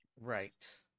Right